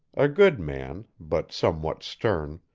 a good man, but somewhat stern,